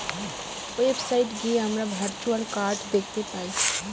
website গিয়ে আমরা virtual card দেখতে পাই